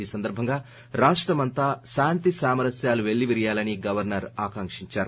ఈ సందర్భంగా రాష్టమంతా శాంతి సామరస్యాలు పెల్లివిరియాలని గవర్సర్ ఆకాంకించారు